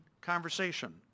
conversation